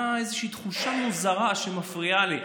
הייתה איזושהי תחושה מוזרה שמפריעה לי,